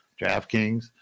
DraftKings